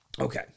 Okay